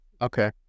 Okay